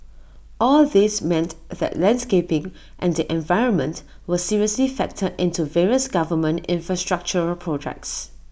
all these meant that landscaping and the environment were seriously factored into various government infrastructural projects